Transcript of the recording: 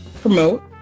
promote